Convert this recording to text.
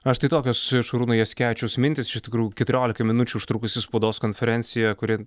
na štai tokios šarūno jasikevičiaus mintys iš tikrųjų keturiolika minučių užtrukusi spaudos konferencija kuri